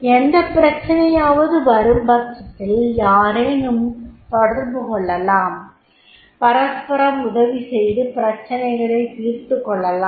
எந்த பிரச்சனையாவது வரும்பச்சத்தில் யாரையேனும் தொடர்பு கொள்ளலாம் பரஸ்பரம் உதவிசெய்து பிரச்சனைகளை தீர்த்துக்கொள்ளலாம்